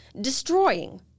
destroying